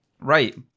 Right